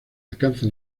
alcanza